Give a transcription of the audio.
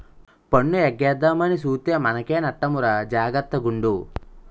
పన్ను ఎగేద్దామని సూత్తే మనకే నట్టమురా జాగర్త గుండు